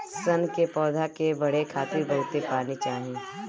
सन के पौधा के बढ़े खातिर बहुत पानी चाही